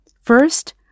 First